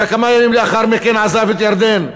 שכמה ימים לאחר מכן עזב את ירדן.